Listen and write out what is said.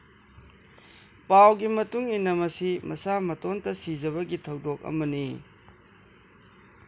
ꯄꯥꯎꯒꯤ ꯃꯇꯨꯡꯏꯟꯅ ꯃꯁꯤ ꯃꯁꯥ ꯃꯇꯣꯝꯇ ꯁꯤꯖꯕꯒꯤ ꯊꯧꯗꯣꯛ ꯑꯃꯅꯤ